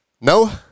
No